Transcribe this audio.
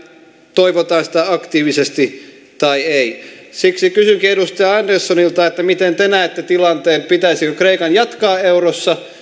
toivotaan sitä aktiivisesti tai ei siksi kysynkin edustaja anderssonilta miten te näette tilanteen pitäisikö kreikan jatkaa eurossa